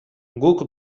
guk